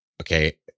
Okay